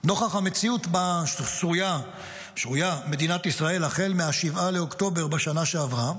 נוכח המציאות שבה שרויה מדינת ישראל החל מ-7 באוקטובר בשנה שעברה,